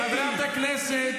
תתביישו לכם.